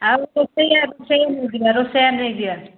ଆଉ ରୋଷେୟା ରୋଷେୟା ନେଇ ଯିବା ରୋଷେୟା ନେଇ ଯିବା